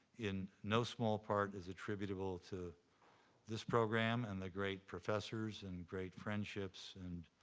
in no small part, it's attributable to this program and the great professors and great friendships and